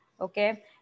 Okay